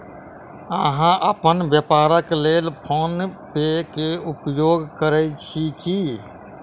अहाँ अपन व्यापारक लेल फ़ोन पे के उपयोग करै छी की?